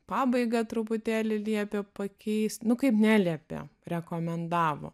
pabaigą truputėlį liepė pakeisti nu kaip neliepė rekomendavo